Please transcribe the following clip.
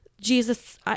Jesus